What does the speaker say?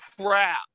crap